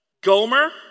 Gomer